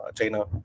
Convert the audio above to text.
China